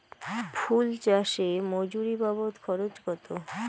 ফুল চাষে মজুরি বাবদ খরচ কত?